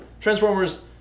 Transformers